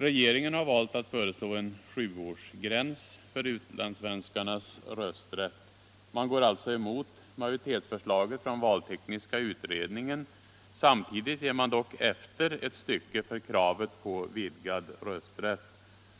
Regeringen har valt att föreslå en sjuårsgräns för utlandssvenskarnas rösträtt. Man går alltså emot majoritetsförslaget från valtekniska utredningen. Samtidigt ger man dock efter ett stycke för kravet på vidgad rösträtt.